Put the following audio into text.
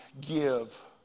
Give